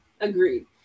agreed